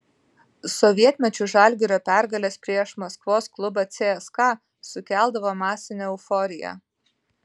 sovietmečiu žalgirio pergalės prieš maskvos klubą cska sukeldavo masinę euforiją